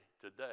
today